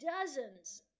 dozens